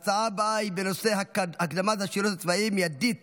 בנושא: הקדמת השירות הצבאי מיידית